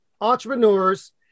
entrepreneurs